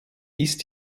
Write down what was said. ist